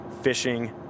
fishing